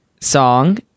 song